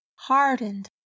Hardened